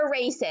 racist